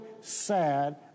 sad